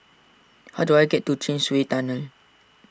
how do I get to Chin Swee Tunnel